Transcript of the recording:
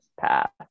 path